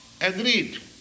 agreed